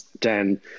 Dan